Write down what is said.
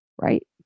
right